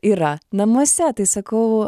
yra namuose tai sakau